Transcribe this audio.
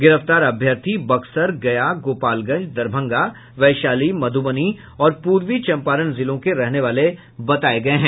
गिरफ्तार अभ्यर्थी बक्सर गया गोपालगंज दरभंगा वैशाली मध्रबनी और पूर्वी चंपारण जिलों के रहने वाले बताये गये हैं